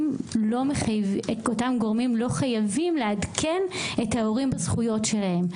לא חייבים לעדכן את ההורים בזכויות שלהם.